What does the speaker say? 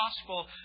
gospel